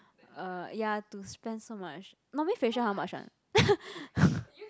uh ya to spend so much normally facial how much one